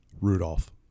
Rudolph